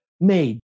made